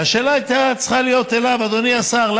והשאלה הייתה צריכה להיות אליו: אדוני השר,